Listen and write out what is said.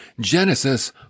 Genesis